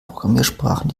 programmiersprachen